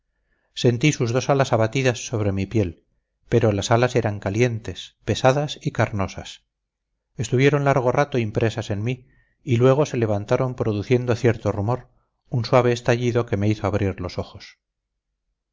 sentí sus dos alas abatidas sobre mi piel pero las alas eran calientes pesadas y carnosas estuvieron largo rato impresas en mí y luego se levantaron produciendo cierto rumor un suave estallido que me hizo abrir los ojos